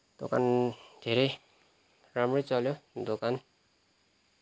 दोकान धेरै राम्रै चल्यो दोकान